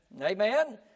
Amen